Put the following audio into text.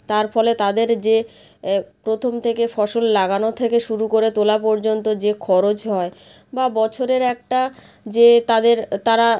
তার ফলে তাদের যে প্রথম থেকে ফসল লাগানো থেকে শুরু করে তোলা পর্যন্ত যে খরচ হয় বা বছরের একটা যে তাদের তারা